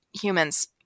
humans